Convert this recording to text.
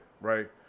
right